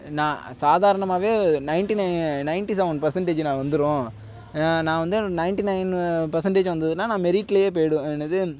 நான் சாதாரணமாகவே ninety nine ninety seven percentage நான் வந்துடும் நான் வந்து நைன்ட்டி நைன் பர்சென்டேஜ் வந்துதுன்னா நான் மெரிட்லேயே போய்டுவேன் என்னது